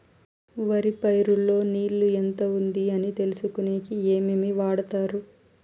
వరి పైరు లో నీళ్లు ఎంత ఉంది అని తెలుసుకునేకి ఏమేమి వాడతారు?